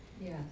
Yes